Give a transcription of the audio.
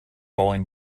bowling